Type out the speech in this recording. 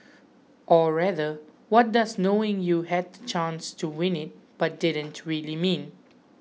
or rather what does knowing you had the chance to win it but didn't really mean